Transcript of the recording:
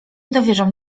dowierzam